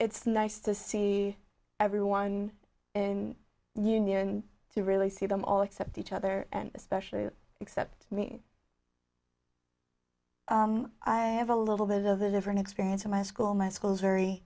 it's nice to see everyone in union to really see them all accept each other and especially except me i have a little bit of a different experience in my school my school's very